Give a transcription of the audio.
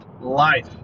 Life